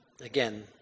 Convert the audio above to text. again